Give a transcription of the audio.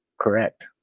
Correct